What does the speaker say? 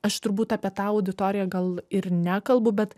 aš turbūt apie tą auditoriją gal ir nekalbu bet